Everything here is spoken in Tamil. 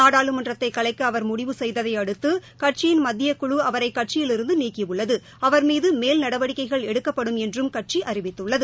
நாடாளுமன்றத்தை கலைக்க அவர் முடிவு செய்ததையடுத்து கட்சியின் மத்தியக்குழு அவரை கட்சியிலிருந்து நீக்கியுள்ளது அவர்மீது மேல் நடவடிக்கைகள் எடுக்கப்படும் என்றும் கட்சி அறிவித்துள்ளது